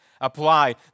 apply